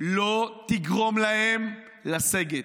לא תגרום להם לסגת,